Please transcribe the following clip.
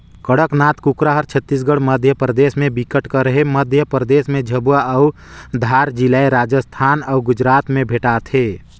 कड़कनाथ कुकरा हर छत्तीसगढ़, मध्यपरदेस में बिकट कर हे, मध्य परदेस में झाबुआ अउ धार जिलाए राजस्थान अउ गुजरात में भेंटाथे